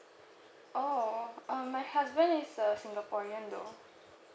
oh uh my husband is a singaporean though